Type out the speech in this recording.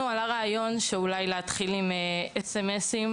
לנו עלה רעיון להתחיל עם הודעות SMS,